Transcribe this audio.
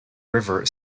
river